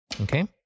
Okay